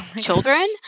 children